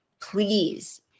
Please